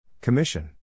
Commission